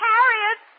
Harriet